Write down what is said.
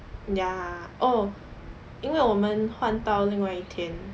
ya oh 因为我们换到另外一天